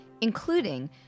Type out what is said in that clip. including